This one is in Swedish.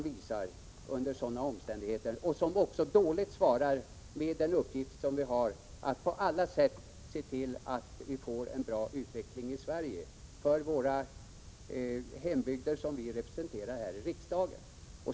Vår uppgift är ju att på alla sätt skapa en god utveckling av de hembygder som vi representerar här i riksdagen.